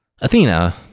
Athena